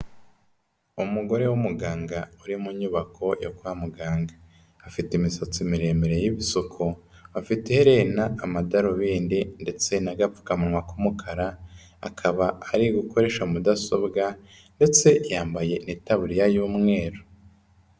Umugore w'umuganga uri mu nyubako yo kwa muganga, afite imisatsi miremire y'ibisoko, afite iherena, amadarubindi ndetse n'agapfukamunwa k'umukara, akaba ari gukoresha mudasobwa ndetse yambaye n'itabuririya y'umweru.